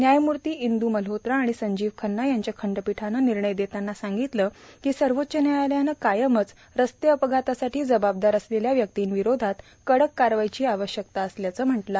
न्यायमूर्ती इंदू मल्होत्रा आणि संजीव खन्ना यांच्या खंडपीठानं निर्णय देताना सांगितलं की सर्वोच्च न्यायालयानं कायमच रस्ते अपघातासाठी जबाबदार असलेल्या व्यक्तींविरोधात कडक कारवाईची आवश्यकता असल्याचं म्हटलं आहे